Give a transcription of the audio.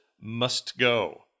must-go